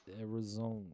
Arizona